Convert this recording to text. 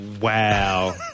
Wow